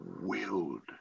willed